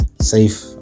safe